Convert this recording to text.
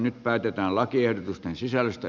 nyt päätetään lakiehdotusten sisällöstä